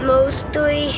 Mostly